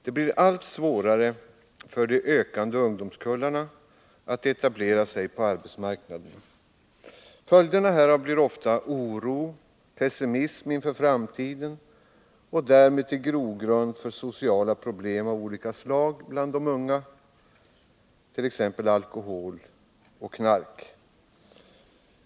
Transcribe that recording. Det blir allt svårare för de ökande ungdomskullarna att etablera sig på arbetsmarknaden. Följderna härav blir ofta oro och pessimism inför framtiden, vilket bildar grogrund för sociala problem av olika slag, t.ex. alkoholoch narkotikaproblem.